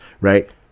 right